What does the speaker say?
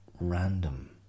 random